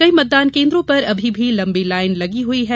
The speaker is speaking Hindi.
कई मतदान केंद्रों पर अभी भी लंबी लाइन लगी हुई है